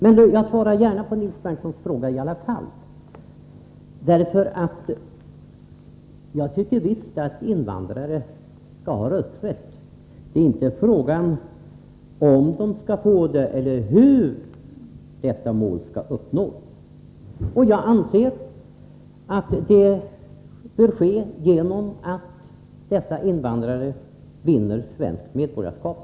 Men jag svarar ändå gärna på Nils Berndtsons fråga. Jag tycker visst att invandrare skall ha rösträtt. Vad det gäller är inte huruvida de skall få rösträtt utan hur detta mål skall uppnås. Jag anser att det bör ske genom att invandrarna vinner svenskt medborgarskap.